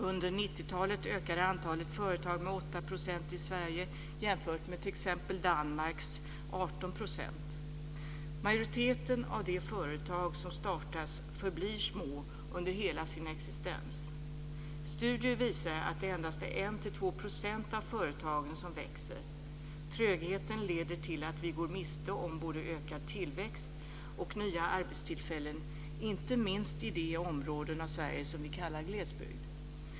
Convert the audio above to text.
Under 90-talet ökade antalet nya företag med 8 % i Sverige jämfört med t.ex. Danmarks 18 %. Majoriteten av de företag som startas förblir små under hela sin existens. Studier visar att det endast är 1-2 % av företagen som växer. Trögheten gör att vi går miste om både ökad tillväxt och nya arbetstillfällen inte minst i de områden som vi kallar glesbygd.